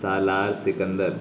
Salar Sikandar